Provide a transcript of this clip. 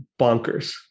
bonkers